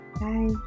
Bye